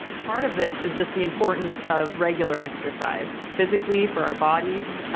part of this is just the importance of regular exercise physically for our bodies,